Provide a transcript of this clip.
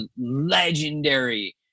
legendary